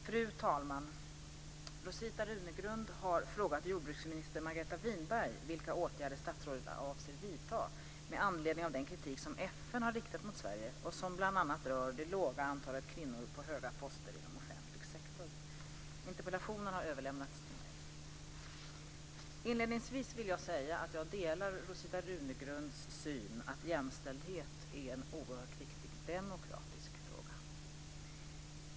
Fru talman! Rosita Runegrund har frågat jordbruksminister Margareta Winberg vilka åtgärder statsrådet avser att vidta med anledning av den kritik som FN har riktat mot Sverige och som bl.a. rör det låga antalet kvinnor på höga poster inom offentlig sektor. Interpellationen har överlämnats till mig. Inledningsvis vill jag säga att jag delar Rosita Runegrunds syn att jämställdhet är en oerhört viktig demokratisk fråga.